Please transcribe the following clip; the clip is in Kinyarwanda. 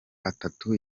atatu